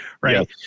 right